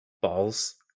balls